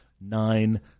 nine